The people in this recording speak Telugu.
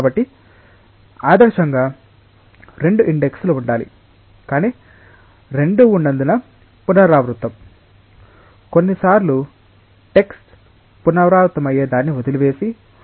కాబట్టి ఆదర్శంగా 2 ఇండెక్స్ లు ఉండాలి కానీ రెండూ ఉన్నందున పునరావృతం కొన్నిసార్లు టెక్స్ట్ పునరావృతమయ్యేదాన్ని వదిలివేసి ఒక x ని ఉపయోగించండి